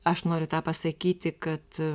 aš noriu tą pasakyti kad